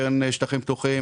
קרן שטחים פתוחים,